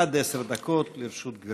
עד עשר דקות לרשות גברתי.